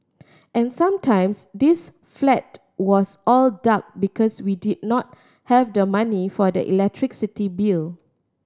and sometimes this flat was all dark because we did not have the money for the electricity bill